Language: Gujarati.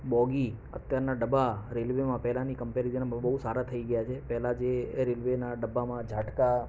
બોગી અત્યારના ડબ્બા રેલવેમાં પહેલાંની કંપેરિઝનમાં બહુ સારા થઈ ગયા છે પહેલાં જે એ રેલવેના ડબ્બામાં જાટકા